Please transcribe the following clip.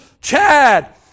Chad